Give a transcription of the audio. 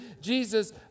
jesus